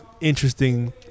interesting